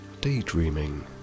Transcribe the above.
daydreaming